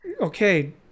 Okay